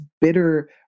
bitter